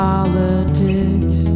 Politics